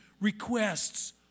requests